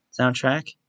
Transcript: soundtrack